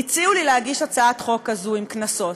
הציעו לי להגיש הצעת חוק כזאת עם קנסות,